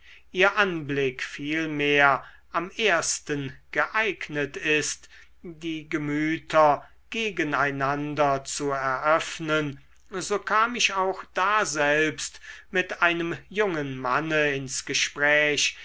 ihr anblick vielmehr am ersten geeignet ist die gemüter gegen einander zu eröffnen so kam ich auch daselbst mit einem jungen manne ins gespräch